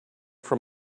from